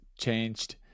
changed